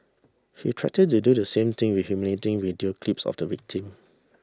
he threatened to do the same with humiliating video clips of the victim